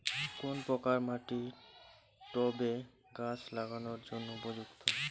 কোন প্রকার মাটি টবে গাছ লাগানোর জন্য উপযুক্ত?